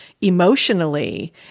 emotionally